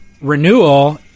renewal